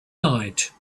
night